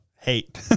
Hate